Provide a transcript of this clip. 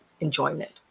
enjoyment